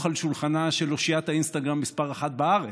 על שולחנה של אושיית האינסטגרם מספר אחת בארץ,